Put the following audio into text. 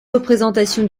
représentation